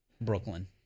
Brooklyn